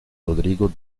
rodrigo